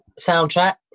Soundtrack